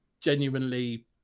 genuinely